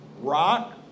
rock